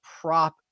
prop